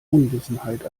unwissenheit